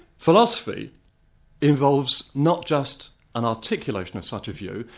philosophy involves not just an articulation of such a view,